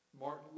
Martin